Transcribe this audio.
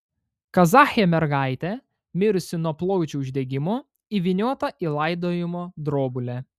kazachė mergaitė mirusi nuo plaučių uždegimo įvyniota į laidojimo drobulę